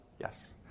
Yes